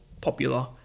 popular